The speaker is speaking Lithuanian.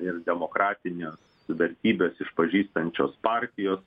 ir demokratines vertybes išpažįstančios partijos